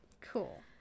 Cool